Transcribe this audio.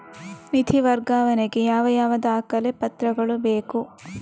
ನಿಧಿ ವರ್ಗಾವಣೆ ಗೆ ಯಾವ ಯಾವ ದಾಖಲೆ ಪತ್ರಗಳು ಬೇಕು?